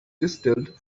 distilled